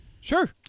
Sure